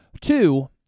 Two